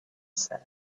said